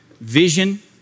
vision